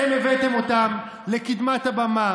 אתם הבאתם אותם לקדמת הבמה.